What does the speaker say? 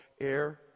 air